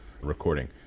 recording